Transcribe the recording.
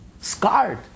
scarred